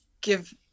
give